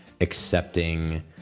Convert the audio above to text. accepting